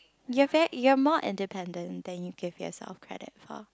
you're very you're more independent than you give yourself credit for